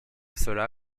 cela